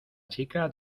chica